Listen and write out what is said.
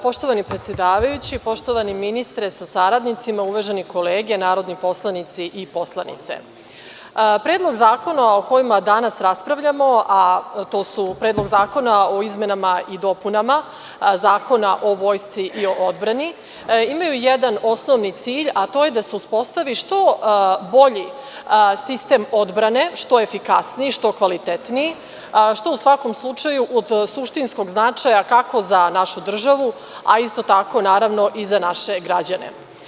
Poštovani predsedavajući, poštovani ministre sa saradnicima, uvažene kolege narodni poslanici i poslanice, predlozi zakona o kojima danas raspravljamo, a to su Predlog zakona o izmenama i dopunama Zakona o Vojsci i o odbrani, imaju jedan osnovni cilj, a to je da se uspostavi što bolji sistem odbrane, što efikasniji, što kvalitetniji, što je u svakom slučaju od suštinskog značaja kako za našu državu, a isto tako i za naše građane.